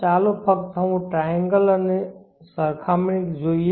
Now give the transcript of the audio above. ચાલો ફક્ત ટ્રાયેન્ગલ અને સરખામણી જોઈએ